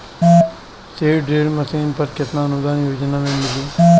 Seed drill machine पर केतना अनुदान योजना में मिली?